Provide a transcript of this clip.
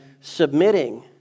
submitting